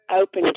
open